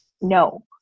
No